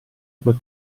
quel